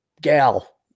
gal